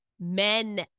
men